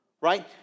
Right